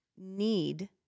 need